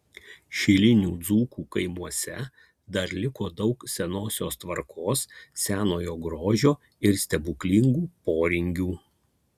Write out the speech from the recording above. šilinių dzūkų kaimuose dar liko daug senosios tvarkos senojo grožio ir stebuklingų poringių